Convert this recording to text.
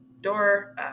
door